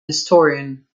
historian